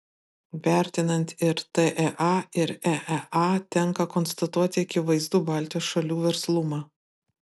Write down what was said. vertinant ir tea ir eea tenka konstatuoti akivaizdų baltijos šalių verslumą